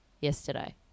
yesterday